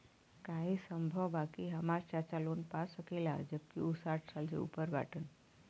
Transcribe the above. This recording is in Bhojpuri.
का ई संभव बा कि हमार चाचा लोन पा सकेला जबकि उ साठ साल से ऊपर बाटन?